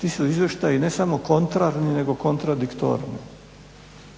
Ti su izvještaji ne samo kontrarni, nego kontradiktorni.